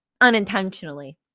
unintentionally